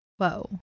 Whoa